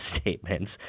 statements